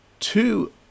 Two